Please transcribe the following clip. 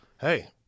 hey